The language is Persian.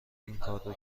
اینکارو